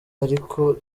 ariko